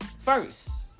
First